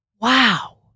wow